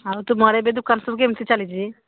ଆଉ ତୁମର ଏବେ ଦୋକାନ ସବୁ କେମିତି ଚାଲିଛି